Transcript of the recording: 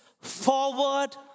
forward